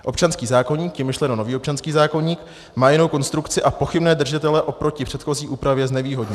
Občanský zákoník, tím je myšleno nový občanský zákoník, má jinou konstrukci a pochybné držitele oproti předchozí úpravě znevýhodňuje.